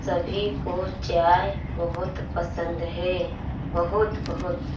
सभी को चाय बहुत पसंद है बहुत बहुत